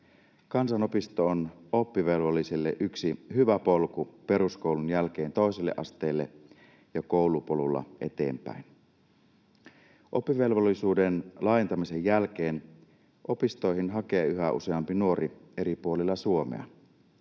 Kansanopisto on oppivelvollisille yksi hyvä polku peruskoulun jälkeen toiselle asteelle ja koulupolulla eteenpäin. Oppivelvollisuuden laajentamisen jälkeen opistoihin hakee yhä useampi nuori eri puolilla Suomea.